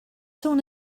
soon